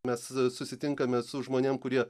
mes susitinkame su žmonėm kurie